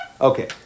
Okay